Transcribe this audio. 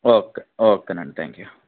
okay ఓకేనండి thank you